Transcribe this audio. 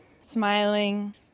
smiling